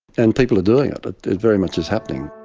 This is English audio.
and people are doing it, but it very much is happening.